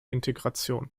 integration